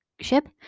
ship